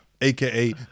AKA